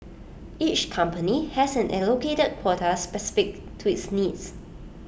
each company has an allocated quota specific to its needs